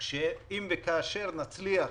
אם וכאשר נצליח